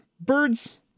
Birds